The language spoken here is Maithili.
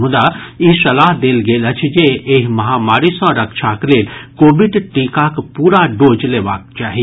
मुदा ई सलाह देल गेल अछि जे एहि महामारी सँ रक्षाक लेल कोविड टीकाक पूरा डोज लेबाक चाही